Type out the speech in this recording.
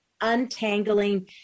untangling